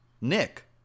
Nick